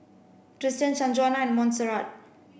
Tristan Sanjuana Montserrat